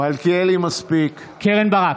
קרן ברק,